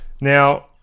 Now